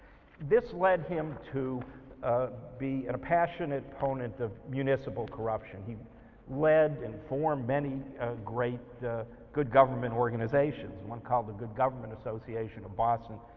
this led him to ah be and a passionate opponent of municipal corruption. he led and formed many great good government organizations, one called the good governance association of boston.